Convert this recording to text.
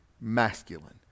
masculine